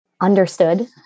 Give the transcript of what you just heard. understood